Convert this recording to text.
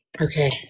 Okay